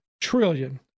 trillion